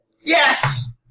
Yes